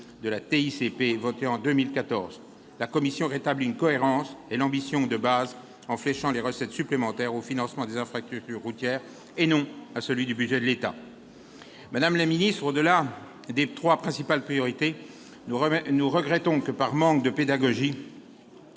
la TICPE, votée en 2014, la commission rétablit la cohérence et l'ambition de base en fléchant les recettes supplémentaires au financement des infrastructures routières et non à celui du budget de l'État. Madame la ministre, au-delà de ces trois principales priorités, nous regrettons que, par manque de pédagogie,